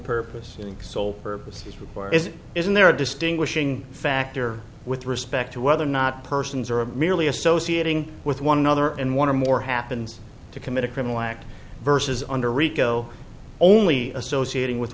purpose sole purpose is where is isn't there a distinguishing factor with respect to whether or not persons are merely associating with one another and one or more happens to commit a criminal act vs under rico only associating with